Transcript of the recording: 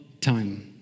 time